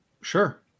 Sure